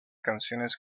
canciones